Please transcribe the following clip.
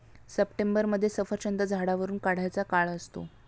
सप्टेंबरमध्ये सफरचंद झाडावरुन काढायचा काळ असतो